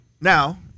Now